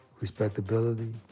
respectability